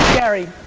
gary,